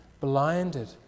blinded